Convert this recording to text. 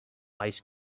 ice